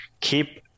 keep